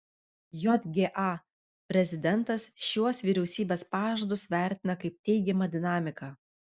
jga prezidentas šiuos vyriausybės pažadus vertina kaip teigiamą dinamiką